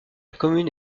commune